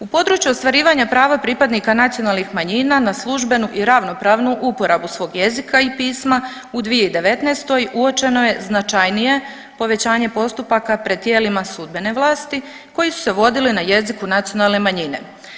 U području ostvarivanja prava pripadnika nacionalnih manjina na službenu i ravnopravnu uporabu svog jezika i pisma u 2019. uočeno je značajnije povećanje postupka pred tijelima sudbene vlasti koji su se vodili na jeziku nacionalne manjine.